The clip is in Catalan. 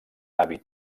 hàbit